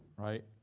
right?